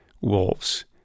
wolves